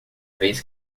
vez